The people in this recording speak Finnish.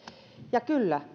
ja kyllä